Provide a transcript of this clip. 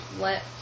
let